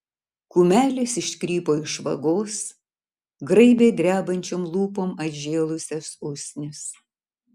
kumelės iškrypo iš vagos graibė drebančiom lūpom atžėlusias usnis